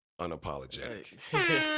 unapologetic